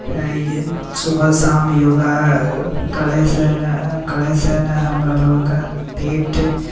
सुबह शाम योगा करैसँ करैसँ ने हमरा लोकके पेट